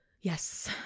yes